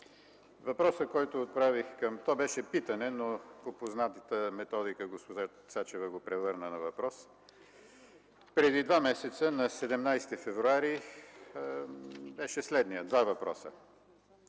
Въпросът, който отправих, то беше питане, но по познатата методика госпожа Цачева го превърна на въпрос, преди два месеца на 17 февруари, беше следният – два въпроса.